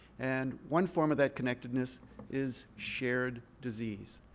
and one form of that connectiveness is shared disease.